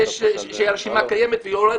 שהרשימה קיימת ויורד,